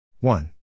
One